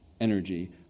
energy